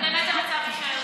אז באמת המצב יישאר כך.